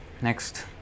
Next